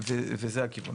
וזה הכיוון.